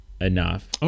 enough